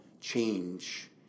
change